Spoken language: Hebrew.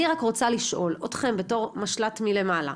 אני רק רוצה לשאול אתכם בתור משל"ט מלמעלה,